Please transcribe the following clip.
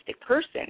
person